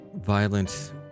violent